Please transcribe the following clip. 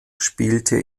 spielte